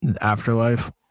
afterlife